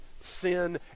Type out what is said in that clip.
sin